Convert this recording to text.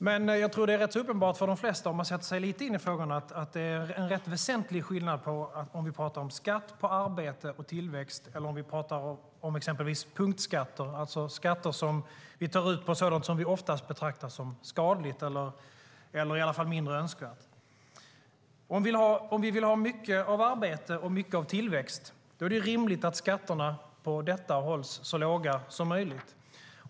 Men om man sätter sig in i frågorna tror jag att det är ganska uppenbart för de flesta att det är en väsentlig skillnad mellan skatt på arbete och tillväxt och på exempelvis punktskatter, alltså skatter som tas ut på sådant som oftast betraktas som skadligt eller i alla fall mindre önskvärt. Om vi vill ha mycket av arbete och mycket av tillväxt är det rimligt att skatterna på detta område hålls så låga som möjligt.